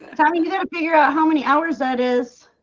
tommy. you gotta figure out how many hours that is